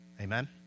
Amen